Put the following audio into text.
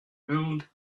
build